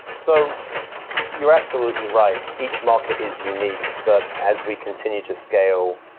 so you're absolutely right. each market is unique, but as we continue to scale,